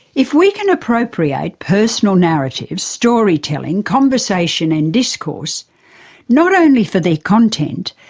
if we can appropriate personal narratives, storytelling, conversation and discourse not only for their content,